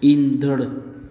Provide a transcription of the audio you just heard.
ईंदड़